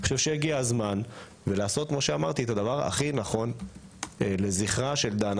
הגיע הזמן לעשות את הדבר הנכון ביותר לזכרה של דנה